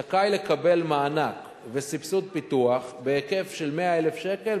זכאי לקבל מענק וסבסוד פיתוח בהיקף של 100,000 שקל,